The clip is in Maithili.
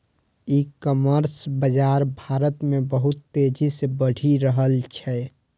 ई कॉमर्स बाजार भारत मे बहुत तेजी से बढ़ि रहल छै